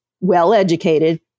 well-educated